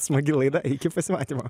smagi laida iki pasimatymo